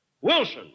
Wilson